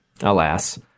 alas